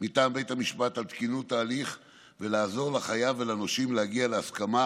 מטעם בית המשפט על תקינות ההליך ולעזור לחייב ולנושים להגיע להסכמה